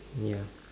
ya